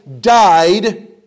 died